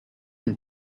une